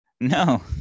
No